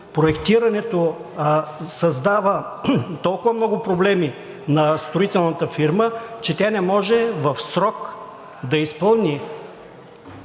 проектирането създава толкова много проблеми на строителната фирма, че тя не може в срок да изпълни